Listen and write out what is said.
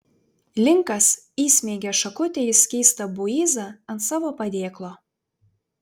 linkas įsmeigė šakutę į skystą buizą ant savo padėklo